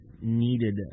needed